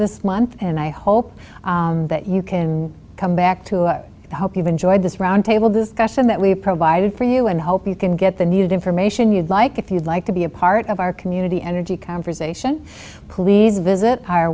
this month and i hope that you can come back to the help you've enjoyed this roundtable discussion that we have provided for you and hope you can get the needed information you'd like if you'd like to be a part of our community energy conversation please visit our